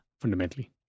fundamentally